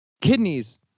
kidneys